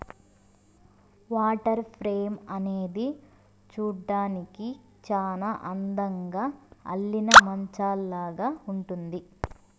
water frame అనేది చూడ్డానికి చానా అందంగా అల్లిన మంచాలాగా ఉంటుంది